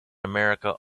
america